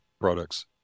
products